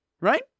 right